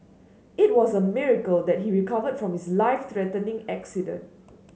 it was a miracle that he recovered from his life threatening accident